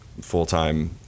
full-time